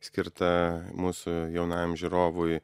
skirta mūsų jaunajam žiūrovui